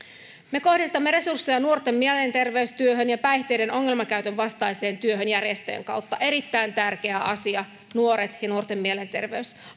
me kohdistamme resursseja nuorten mielenterveystyöhön ja päihteiden ongelmakäytön vastaiseen työhön järjestöjen kautta erittäin tärkeä asia nuoret ja nuorten mielenterveys